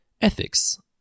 Ethics